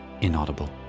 inaudible